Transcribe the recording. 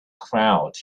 crowd